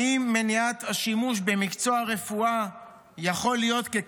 האם מניעת השימוש במקצוע הרפואה ככלי